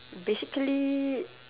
basically